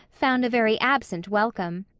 found a very absent welcome.